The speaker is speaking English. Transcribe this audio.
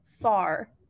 far